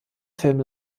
film